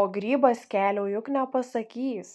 o grybas kelio juk nepasakys